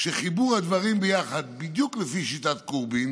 כשחיבור הדברים ביחד בדיוק לפי שיטת קורבין